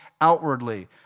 outwardly